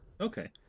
Okay